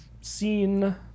seen